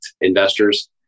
investors